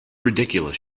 ridiculous